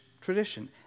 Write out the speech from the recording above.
tradition